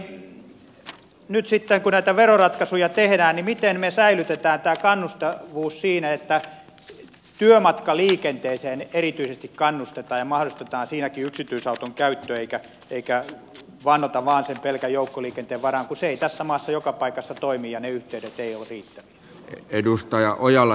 miten nyt sitten kun näitä veroratkaisuja tehdään säilytetään tämä kannustavuus siinä että erityisesti työmatkaliikenteeseen kannustetaan ja mahdollistetaan siinäkin yksityisauton käyttö eikä vannota vain sen pelkän joukkoliikenteen varaan kun se ei tässä maassa joka paikassa toimi ja ne yhteydet eivät ole riittävät